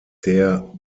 der